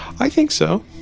i think so,